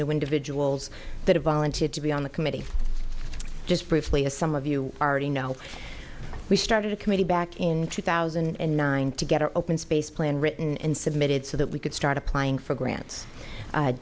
new individual that volunteered to be on the committee just briefly as some of you already know we started a committee back in two thousand and nine to get our open space plan written and submitted so that we could start applying for grants